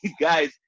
guys